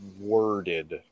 worded